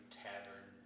tavern